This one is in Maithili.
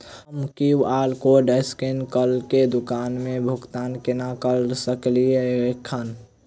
हम क्यू.आर कोड स्कैन करके दुकान मे भुगतान केना करऽ सकलिये एहन?